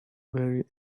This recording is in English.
very